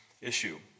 issue